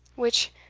which,